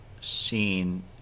seen